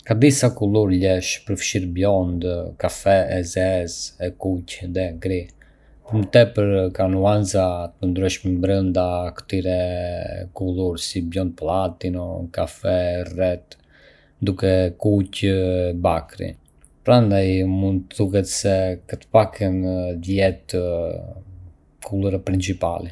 Ka disa Kulur llesh, përfshirë biond, kafe, e zezë, e kuqe dhe gri. Për më tepër, ka nuanca të ndryshme brenda këtyre ngjyrave, si biond platini, kafe e errët dhe e kuqe bakri. Prandaj, mund të thuhet se ka të paktën dhjetë kulura principali